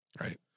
right